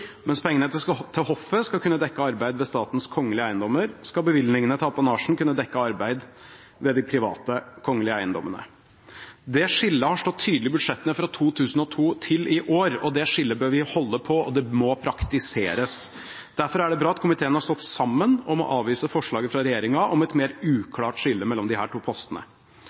Mens pengene til hoffet skal kunne dekke arbeid ved statens kongelige eiendommer, skal bevilgningene til apanasjen kunne dekke arbeid ved de private kongelige eiendommene. Det skillet har stått tydelig i budsjettene fra 2002 til i år. Det skillet bør vi holde på og må praktiseres. Derfor er det bra at komiteen har stått sammen om å avvise forslaget fra regjeringen om et mer uklart skille mellom disse to postene.